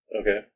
Okay